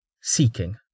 Seeking